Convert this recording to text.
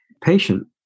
patient